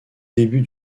début